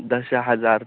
दशहज़ार्